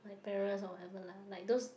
my parents or whatever lah like those